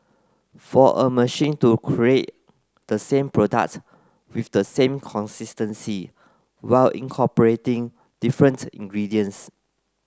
for a machine to create the same product with the same consistency while incorporating different ingredients